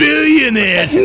Billionaire